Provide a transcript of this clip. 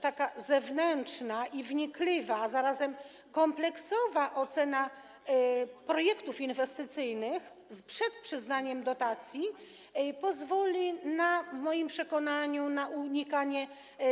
Taka zewnętrzna i wnikliwa, a zarazem kompleksowa ocena projektów inwestycyjnych przed przyznaniem dotacji pozwoli w moim przekonaniu na unikanie